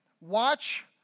watch